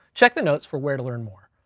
check the notes for where to learn more.